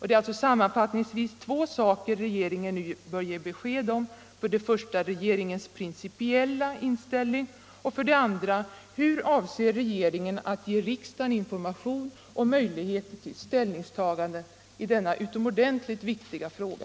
Det är alltså sammanfattningsvis två saker regeringen nu bör ge besked om: för det första regeringens principiella inställning och för det andra hur regeringen avser att ge riksdagen information och möjligheter till ställningstaganden i denna utomordentligt viktiga fråga.